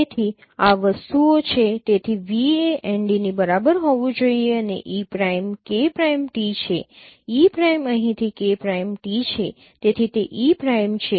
તેથી આ વસ્તુઓ છે તેથી v એ n d ની બરાબર હોવું જોઈએ અને e prime K prime t છે e પ્રાઇમ અહીંથી K પ્રાઇમ t છે તેથી તે e પ્રાઇમ છે